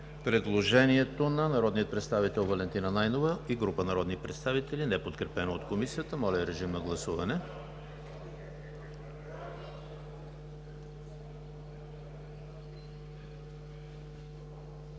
предложението на народния представител Валентина Найденова и група народни представители, неподкрепено от Комисията. Гласували